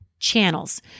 channels